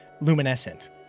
luminescent